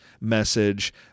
message